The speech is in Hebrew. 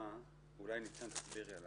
תסבירי על